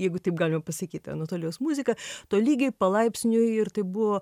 jeigu taip galima pasakyt anatolijaus muzika tolygiai palaipsniui ir tai buvo